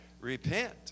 Repent